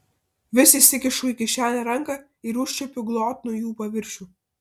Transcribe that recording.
vis įsikišu į kišenę ranką ir užčiuopiu glotnų jų paviršių